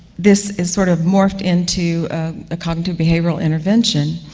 this has sort of morphed into a cognitive behavioral intervention.